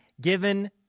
given